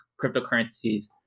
cryptocurrencies